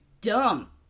dumb